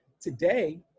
Today